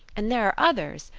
and there are others,